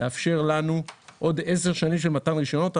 לאפשר לנו עוד עשר שנים של מתן רישיונות.